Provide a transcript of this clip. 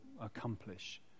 accomplish